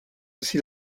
aussi